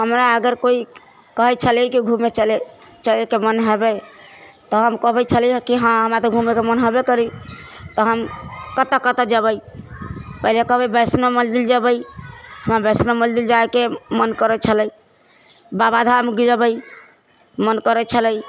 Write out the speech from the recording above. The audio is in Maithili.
हमरा अगर कोइ कहै छलै कि घूमे चलेके मन हेबै तऽ हम कहबै छलिये कि हँ हमरा तऽ घूमेके मन हेबे करी तऽ हम कतऽ कतऽ जेबै पहिले कहबै वैष्णो मन्दिर जबै हमरा वैष्णो मन्दिर जाइके मन करै छलै बाबाधाम जबै मन करै छलै